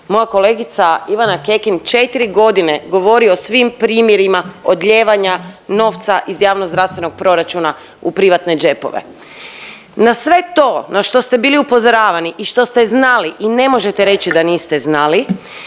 moja kolegica Ivana Kekin 4.g. govori o svim primjerima odljevanja novca iz javnozdravstvenog proračuna u privatne džepove. Na sve to na što ste bili upozoravani i što ste znali i ne možete reći da niste znali